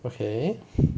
okay